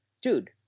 dude